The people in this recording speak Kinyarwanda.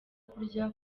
kurya